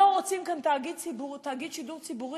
לא רוצים כאן תאגיד שידור ציבורי,